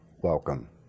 welcome